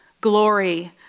Glory